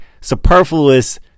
superfluous